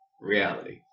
reality